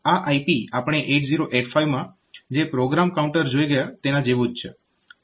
આ IP આપણે 8085 માં જે પ્રોગ્રામ કાઉન્ટર જોઈ ગયા તેના જેવું જ છે